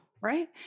right